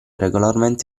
regolarmente